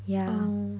oh